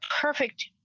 perfect